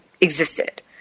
existed